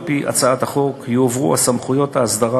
על-פי הצעת החוק יועברו סמכויות ההסדרה